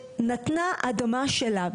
שנתנה אדמה שלה,